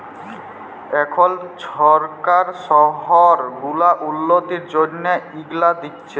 এখল সরকার শহর গুলার উল্ল্যতির জ্যনহে ইগুলা দিছে